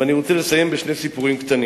ואני רוצה לסיים בשני סיפורים קטנים: